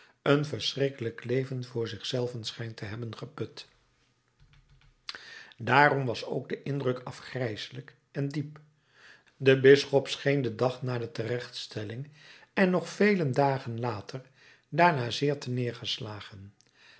een verschrikkelijk leven voor zich zelven schijnt te hebben geput daarom was ook de indruk afgrijselijk en diep de bisschop scheen den dag na de terechtstelling en nog vele dagen later daarna zeer ternedergeslagen